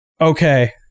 Okay